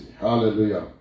Hallelujah